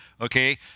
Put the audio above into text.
Okay